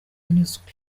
anyuzwe